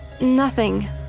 Nothing